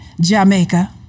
Jamaica